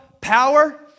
power